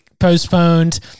postponed